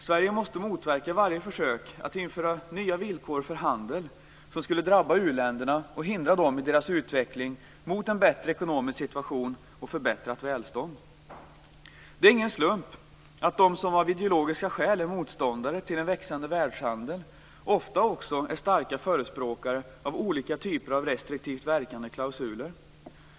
Sverige måste motverka varje försök att införa nya villkor för handel som skulle drabba u-länderna och hindra dem i deras utveckling mot en bättre ekonomisk situation och ett förbättrat välstånd. Det är ingen slump att de som av ideologiska skäl är motståndare till en växande världshandel ofta också är starka förespråkare för olika typer av restriktivt verkande klausuler.